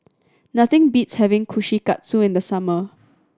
nothing beats having Kushikatsu in the summer